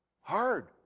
hard